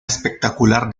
espectacular